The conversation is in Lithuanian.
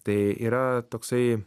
tai yra toksai